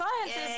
Scientists